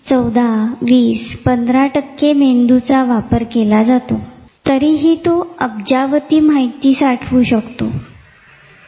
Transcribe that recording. आणि यात वादाचा विषय असा आहे कि शारीरिक बदल होतात म्हणून तुम्ही भावना अनुभवता आणि तुम्ही त्याचे बोधनिक मूल्यमापन करता त्यामुळे तुम्हाला भावनिक अनुभव येतो का हे कोडे अजूनही सुटले नाही